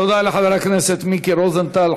תודה לחבר הכנסת מיקי רוזנטל.